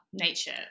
nature